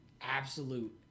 absolute